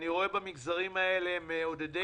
אני רואה במגזרים האלה מעודדי